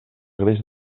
greix